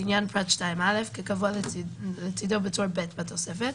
לעניין פרט 2(א)- כקבוע לצדן בטור ב' בתוספת."